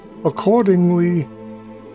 Accordingly